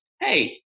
Hey